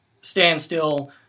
standstill